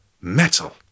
metal